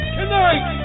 Tonight